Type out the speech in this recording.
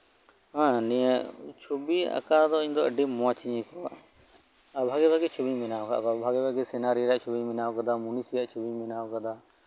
ᱟᱨ ᱱᱤᱭᱟᱹ ᱪᱷᱚᱵᱤ ᱟᱸᱠᱟᱣ ᱫᱚ ᱤᱧ ᱫᱚ ᱟᱹᱰᱤ ᱢᱮᱸᱡᱤᱧ ᱟᱹᱭᱠᱟᱹᱣᱟ ᱵᱷᱟᱜᱤᱼᱵᱷᱟᱜᱤ ᱪᱷᱚᱵᱤᱧ ᱵᱮᱱᱟᱣ ᱠᱟᱫᱟ ᱵᱷᱟᱜᱤᱼᱵᱷᱟᱜᱤ ᱥᱤᱱᱟᱨᱤ ᱨᱮᱭᱟᱜ ᱪᱷᱚᱵᱤᱧ ᱵᱮᱱᱟᱣ ᱠᱟᱫᱟ ᱢᱩᱱᱤᱥᱤᱭᱟᱜ ᱪᱷᱚᱵᱤᱧ ᱵᱮᱱᱟᱣ ᱠᱟᱫᱟ